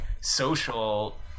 social